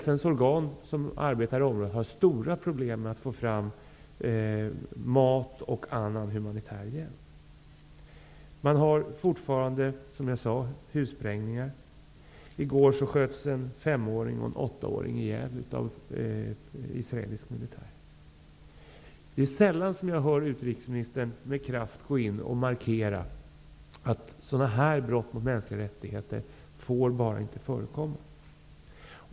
FN:s organ som arbetar i området har stora problem med att få fram mat och annan humanitär hjälp. Man har, som jag sade, fortfarande hussprängningar. I går sköts en femåring och en åttaåring ihjäl av israelisk militär. Det är sällan jag hör utrikesministern med kraft gå in och markera att sådana brott mot mänskliga rättigheter bara inte får förekomma.